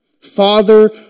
Father